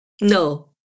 No